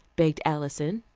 begged alison.